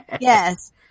Yes